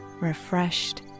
refreshed